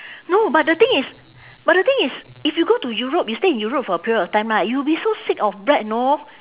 no but the thing is but the thing is if you go to europe you stay in europe for a period of time right you will be so sick of bread know